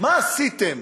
מה עשיתם